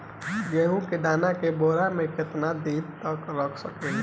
गेहूं के दाना के बोरा में केतना दिन तक रख सकिले?